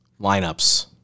lineups